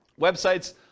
websites